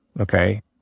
okay